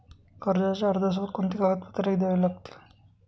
कर्जाच्या अर्जासोबत कोणती कागदपत्रे द्यावी लागतील?